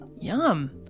yum